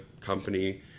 company